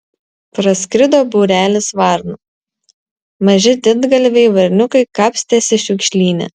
praskrido būrelis varnų maži didgalviai varniukai kapstėsi šiukšlyne